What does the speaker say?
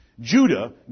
Judah